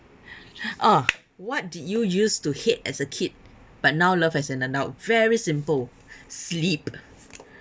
ah what did you used to hate as a kid but now love as an adult very simple sleep